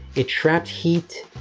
it traps heat.